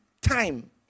time